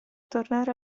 tornare